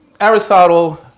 Aristotle